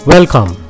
Welcome